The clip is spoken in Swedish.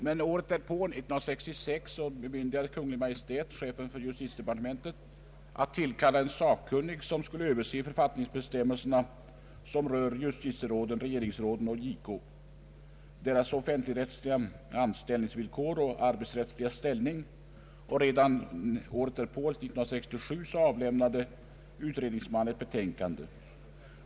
Men året därpå, 1966, bemyndigade Kungl. Maj:t chefen för justitiedepartementet att tillkalla en sakkunnig som skulle företaga en översyn av författningsbestämmelserna som rör justitieråden, regeringsråden och JK, deras offentligrättsliga anställningsvillkor och arbetsrättsliga ställning. Redan 1967 avlämnade utredningsmannen ett betänkande.